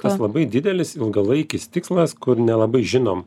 tas labai didelis ilgalaikis tikslas kur nelabai žinom